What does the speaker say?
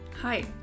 Hi